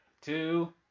two